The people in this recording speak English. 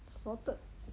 salted